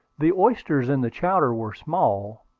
the oysters in the chowder were small,